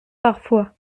parfois